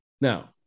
Now